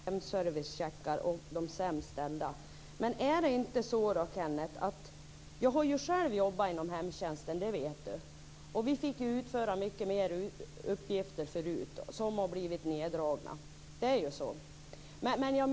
Fru talman! Kenneth Johansson talar om hemservicecheckar och om de sämst ställda. Som Kenneth Johansson vet har jag själv arbetat inom hemtjänsten. Vi fick tidigare utföra många uppgifter som nu har tagits bort i samband med neddragningarna.